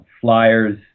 Flyers